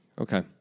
Okay